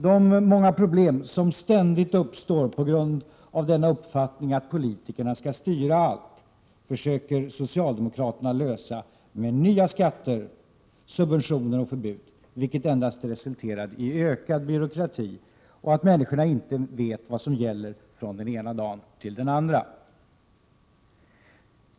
De många problem som ständigt uppstår på grund av uppfattningen att politikerna skall styra allt försöker socialdemokraterna lösa med nya skatter, subventioner och förbud, vilket endast resulterar i ökad byråkrati och att människorna inte vet vad som gäller från den ena dagen till den andra.